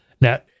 Now